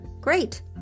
Great